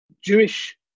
Jewish